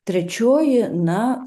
trečioji na